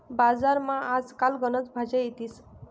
बजारमा आज काल गनच भाज्या येतीस